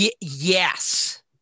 yes